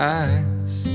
eyes